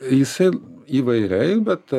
jisai įvairiai bet